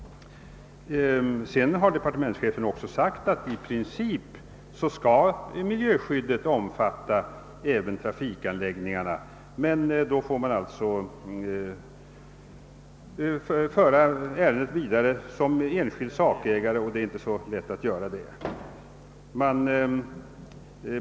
Departementschefen har skrivit att miljöskyddet i princip även skall omfatta trafikanläggningarna, men då får man föra ett ärende vidare som enskild sakägare, och det är inte lätt.